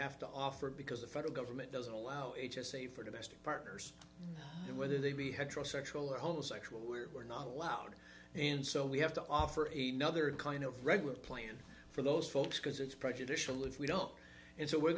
have to offer because the federal government doesn't allow h s a for domestic partners whether they be heterosexual or homosexual where we're not allowed and so we have to offer eight other kind of regular plans for those folks because it's prejudicial if we don't and so we're